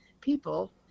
people